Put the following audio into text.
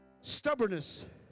stubbornness